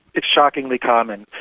it's shockingly common.